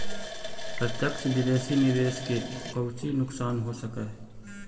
प्रत्यक्ष विदेश निवेश के कउची नुकसान हो सकऽ हई